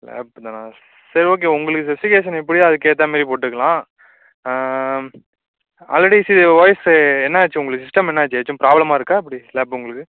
lap தானே சரி okay உங்களுக்கு ஸ்பெசிஃபிகேஷன் எப்படியோ அதுக்கேத்தமாரி போட்டுக்கலாம் ஆல்ரெடி சி ஓஎஸ்ஸு என்னாச்சு உங்களுக்கு சிஸ்டம் என்னாச்சு ஏதாச்சும் ப்ராப்ளம்மாக இருக்கா எப்படி லேப் உங்களுக்கு